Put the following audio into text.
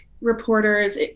reporters